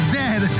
dead